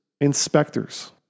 inspectors